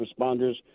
responders